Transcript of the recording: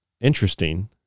interesting